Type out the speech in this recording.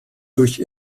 durch